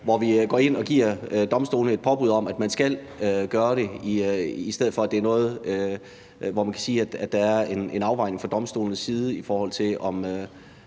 hvor vi går ind og giver domstolene et påbud om, at man skal gøre det, i stedet for at det er noget, hvor man kan sige, at det er en afvejning fra domstolenes side, i forhold til om